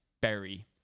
Berry